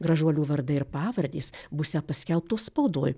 gražuolių vardai ir pavardės būsią paskelbtos spaudoj